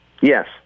yes